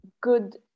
good